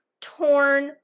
torn